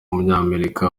w’umunyamerika